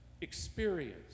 experience